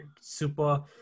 super